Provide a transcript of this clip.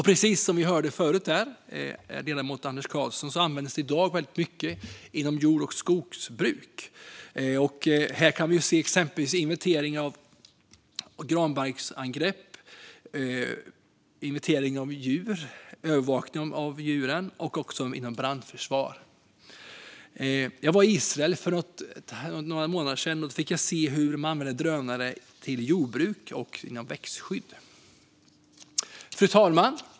Precis som vi hörde förut från ledamoten Anders Karlsson används drönare i dag inom jord och skogsbruk, exempelvis vid inventering av angrepp av granbarkborre och övervakning av djur, och inom brandförsvaret. Jag var i Israel för några månader sedan, och där fick jag se hur drönare används inom jordbruk och växtskydd. Fru talman!